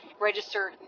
Register